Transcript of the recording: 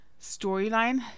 storyline